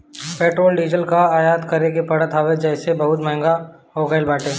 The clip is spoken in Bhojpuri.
पेट्रोल डीजल कअ आयात करे के पड़त हवे जेसे इ बहुते महंग हो गईल बाटे